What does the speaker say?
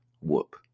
Whoop